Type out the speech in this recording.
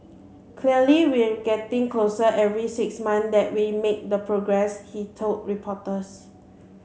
clearly we're getting closer every six months that we make the progress he told reporters